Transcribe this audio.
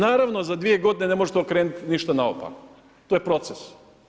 Naravno za 2 godine ne možete okrenuti ništa naopako, to je proces.